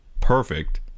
perfect